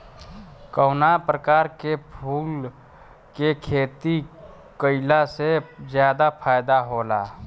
कवना प्रकार के फूल के खेती कइला से ज्यादा फायदा होला?